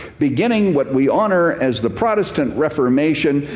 beginning what we honor as the protestant reformation.